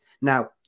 Now